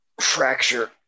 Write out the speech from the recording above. fracture